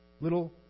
Little